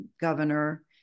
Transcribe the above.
governor